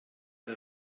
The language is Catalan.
que